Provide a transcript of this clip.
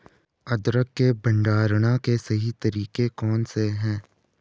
अदरक के भंडारण के सही तरीके कौन से हैं?